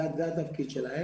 זה התפקיד שלהם.